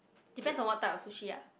depends on what type of sushi ah